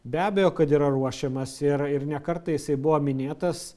be abejo kad yra ruošiamas ir ir ne kartą jisai buvo minėtas